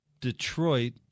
Detroit